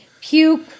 Puke